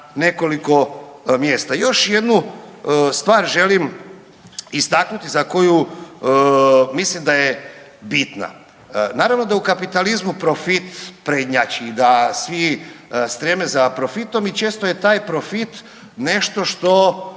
nekoliko mjesta. Još jednu stvar želim istaknuti za koju mislim da je bitna. Naravno da u kapitalizmu profit prednjači i da svi streme za profitom i često je taj profit nešto što